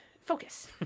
focus